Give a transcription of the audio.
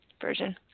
version